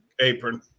apron